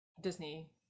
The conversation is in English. Disney